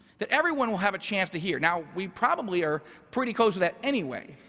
that everyone will have a chance to hear. now, we probably are pretty close to that anyway.